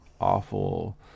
awful